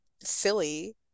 silly